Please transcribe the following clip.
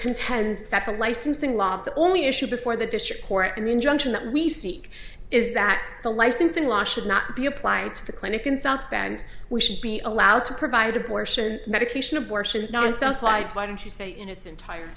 contends that the licensing law the only issue before the district court injunction that we seek is that the licensing law should not be applied to the clinic in south bend we should be allowed to provide abortion medication abortions non self lives why don't you say in its entire